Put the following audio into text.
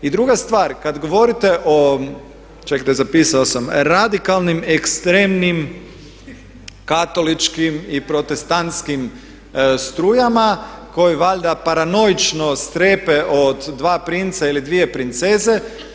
I druga stvar, kad govorite o, ček zapisao sam, radikalnim ekstremnim katoličkim i protestantskim strujama koji valjda paranoično strepe od dva princa ili dvije princeze.